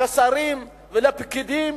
לשרים ולפקידים,